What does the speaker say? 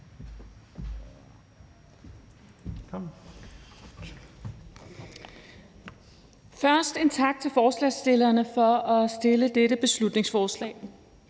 Først en tak til forslagsstillerne for at fremsætte dette beslutningsforslag.